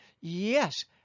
Yes